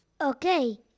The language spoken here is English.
Okay